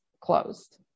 closed